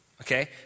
okay